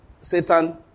Satan